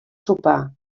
sopar